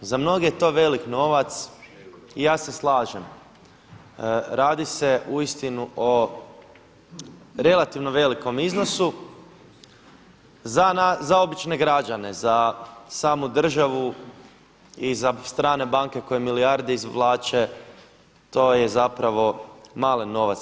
Za mnoge je to velik novac i ja se slažem, radi se uistinu o relativnom velikom iznosu za obične građane, za samu državu i sa strane banke koje milijarde izvlače to je zapravo malen novac.